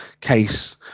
case